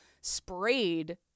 sprayed